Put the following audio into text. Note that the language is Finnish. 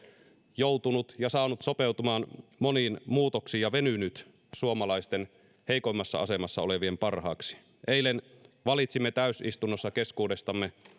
joutunut sopeutumaan ja saanut sopeutua moniin muutoksiin ja venynyt suomalaisten heikoimmassa asemassa olevien parhaaksi eilen valitsimme täysistunnossa keskuudestamme